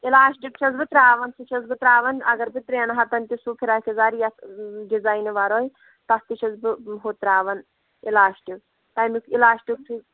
elastic چھَس بہٕ ترٛاوان سُہ چھَس بہٕ ترٛاوان اگر بہٕ ترٛٮ۪ن ہَتَن تہِ سُہ فِراک یَزَار یَتھ ڈِزایِن وَرٲے تَتھ تہِ چھَس بہٕ ہُہ ترٛاوان اِلاسٹِک تَمیُک اِلاسٹِک چھُ